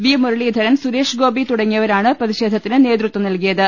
V Muraleedharan Suresh Gopi തുടങ്ങിയവരാണ് പ്രതി ഷേധത്തിന് നേതൃത്വം നൽകിയത്